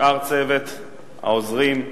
שאר צוות העוזרים,